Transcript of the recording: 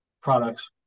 products